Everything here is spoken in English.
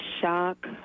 shock